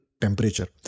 temperature